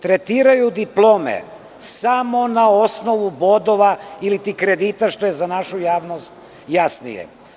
Tretiraju diplome samo na osnovu bodova iliti kredita, što je za našu javnost jasnije.